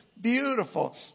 beautiful